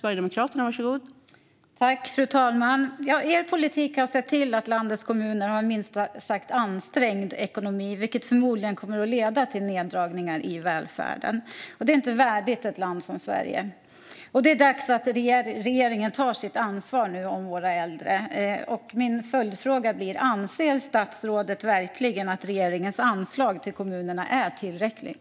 Fru talman! Regeringens politik har sett till att landets kommuner har en minst sagt ansträngd ekonomi, vilket förmodligen kommer att leda till neddragningar i välfärden. Det är inte värdigt ett land som Sverige. Det är dags att regeringen nu tar sitt ansvar för våra äldre. Min följdfråga blir: Anser statsrådet verkligen att regeringens anslag till kommunerna är tillräckligt?